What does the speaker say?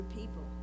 people